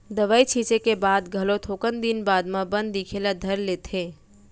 दवई छींचे के बाद घलो थोकन दिन बाद म बन दिखे ल धर लेथे